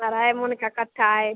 अढ़ाई मन का कट्ठा है